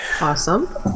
awesome